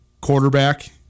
quarterback